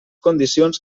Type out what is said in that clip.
condicions